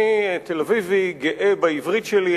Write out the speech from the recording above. אני תל-אביבי, גאה בעברית שלי.